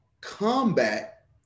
combat